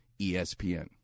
ESPN